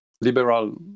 Liberal